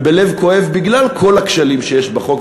והלב כואב בגלל כל הכשלים שיש בחוק,